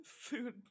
food